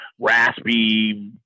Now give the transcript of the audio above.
raspy